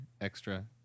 Extra